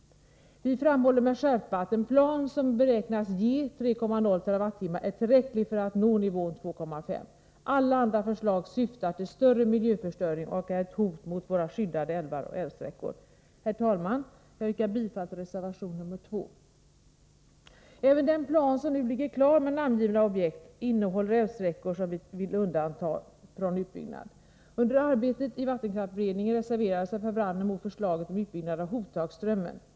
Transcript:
Vi framhåller med skärpa att en plan som beräknas ge 3,0 TWh är tillräcklig för att nå nivån 2,5 TWh. Alla andra förslag syftar till större miljöförstöring och är ett hot mot våra skyddade älvar och älvsträckor. Herr talman! Jag yrkar bifall till reservation nr 2. Även den plan som nu ligger klar med namngivna objekt innehåller älvsträckor som vi vill undanta från utbyggnad. Under arbetet i vattenkraftsberedningen reserverade sig Per Wramner mot förslaget om utbyggnad av Hotagströmmen.